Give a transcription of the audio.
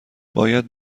باید